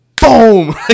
boom